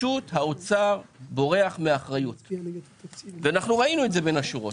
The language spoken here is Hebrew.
האוצר בורח מאחריות וראינו את זה בין השורות.